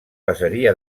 passaria